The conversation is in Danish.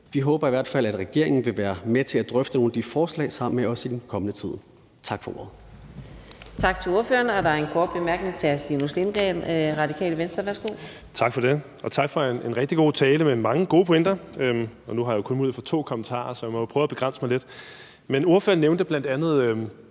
Vi håber i hvert fald, at regeringen vil være med til at drøfte nogle af de forslag sammen med os i den kommende tid. Tak for ordet.